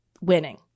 winning